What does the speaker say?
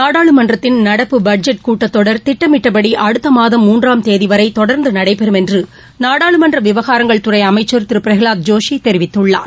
நாடாளுமன்றத்தின் நடப்பு பட்ஜெட் கூட்டத்தொடர் திட்டமிட்டபடி அடுத்த மாதம் மூன்றாம் தேதி வரை தொடர்ந்து நடைபெறும் என்று நாடாளுமன்ற விவகாரங்கள் துறை அமைச்சள் திரு பிரகலாத் ஜோஷி தெரிவித்துள்ளார்